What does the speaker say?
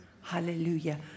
Hallelujah